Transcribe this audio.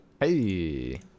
Hey